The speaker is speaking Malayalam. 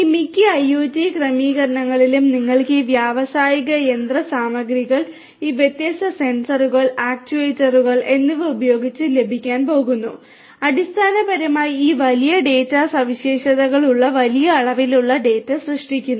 ഈ മിക്ക IIoT ക്രമീകരണങ്ങളിലും നിങ്ങൾക്ക് ഈ വ്യാവസായിക യന്ത്രസാമഗ്രികൾ ഈ വ്യത്യസ്ത സെൻസറുകൾ ആക്യുവേറ്ററുകൾ എന്നിവ ഉപയോഗിച്ച് ലഭിക്കാൻ പോകുന്നു അടിസ്ഥാനപരമായി ഈ വലിയ ഡാറ്റ സവിശേഷതകളുള്ള വലിയ അളവിലുള്ള ഡാറ്റ സൃഷ്ടിക്കുന്നു